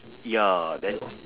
ya then